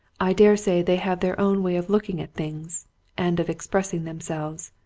i daresay they have their own way of looking at things and of expressing themselves.